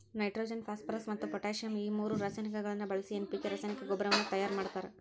nitrogen phosphorus ಮತ್ತ್ potassium ಈ ಮೂರು ರಾಸಾಯನಿಕಗಳನ್ನ ಬಳಿಸಿ ಎನ್.ಪಿ.ಕೆ ರಾಸಾಯನಿಕ ಗೊಬ್ಬರವನ್ನ ತಯಾರ್ ಮಾಡ್ತಾರ